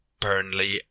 Burnley